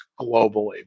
globally